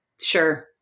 Sure